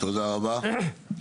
תודה רבה.